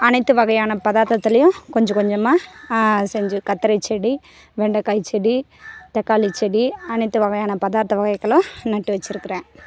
அனைத்து வகையான பதார்த்தத்துலையும் கொஞ்சம் கொஞ்சமாக செஞ்சு கத்திரிச்செடி வெண்டைக்காய் செடி தக்காளி செடி அனைத்து வகையான பதார்த்த வகைகளும் நட்டு வச்சுருக்குறேன்